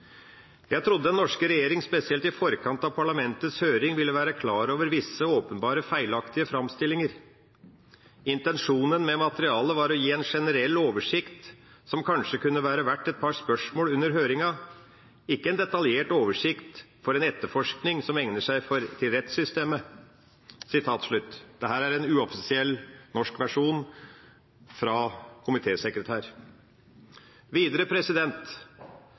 Jeg har lyst til å sitere noe fra den første e-posten den dagen: «Jeg trodde den norske regjeringen, spesielt i forkant av parlamentets høring, ville være klar over visse åpenbare feilaktige fremstillinger. Intensjonen med materialet var å gi en generell oversikt som kanskje kunne være verdt et par spørsmål under høringen, ikke en detaljert oversikt for en etterforskning som egner seg til rettssystemet.» Dette er en uoffisiell norsk versjon fra komitesekretæren. Videre: